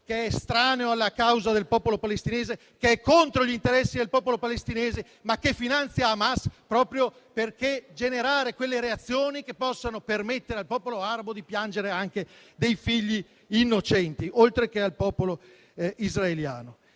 che è estraneo alla causa del popolo palestinese, che è contro gli interessi del popolo palestinese, ma che finanzia Hamas proprio per generare quelle reazioni che possono permettere anche al popolo arabo di piangere dei figli innocenti, oltre che al popolo israeliano.